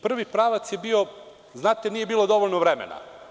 Prvi pravac je bio – znate nije bilo dovoljno vremena.